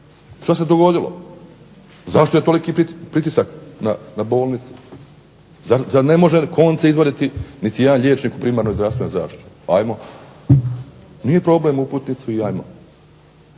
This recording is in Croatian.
Što se dogodilo? Zašto je toliki pritisak na bolnice? Zar ne može konce izvaditi niti jedan liječnik u primarnoj zdravstvenoj zaštiti. Hajmo. Nije problem uputnicu i hajmo.